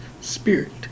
spirit